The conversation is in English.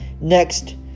next